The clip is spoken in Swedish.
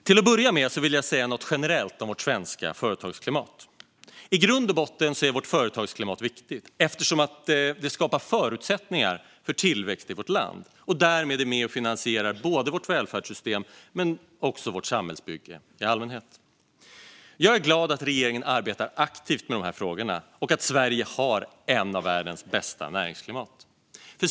Till att börja med vill jag säga något generellt om vårt svenska företagsklimat. I grund och botten är vårt företagsklimat viktigt, eftersom det skapar förutsättningar för tillväxt i vårt land och därmed är med och finansierar både vårt välfärdssystem och vårt samhällsbygge i allmänhet. Jag är glad att regeringen arbetar aktivt med dessa frågor och att Sverige har ett av världens bästa näringslivsklimat.